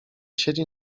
siedzi